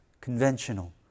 conventional